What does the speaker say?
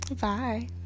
bye